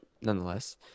nonetheless